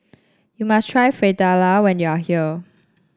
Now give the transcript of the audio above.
you must try Fritada when you are here